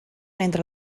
entre